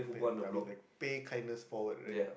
pay I mean like pay kindness forward right